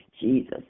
Jesus